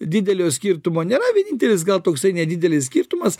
didelio skirtumo nėra vienintelis gal toksai nedidelis skirtumas